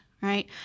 right